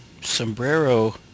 Sombrero